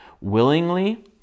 willingly